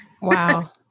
Wow